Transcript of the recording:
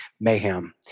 mayhem